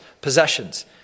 possessions